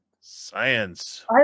Science